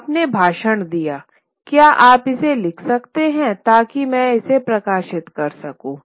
आपने भाषण दिया क्या आप इसे लिख सकते हैं ताकि मैं इसे प्रकाशित कर सकूं